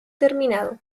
terminado